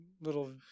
little